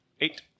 Eight